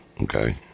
Okay